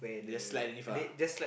then just like